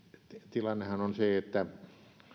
tilannehan on se että